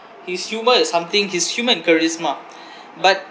his humor is something his humour and charisma but